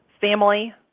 family